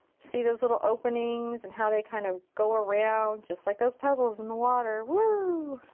see those little openings and how they kind of go around just like those pebbles in the water. woooo!